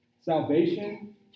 salvation